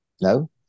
No